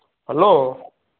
hello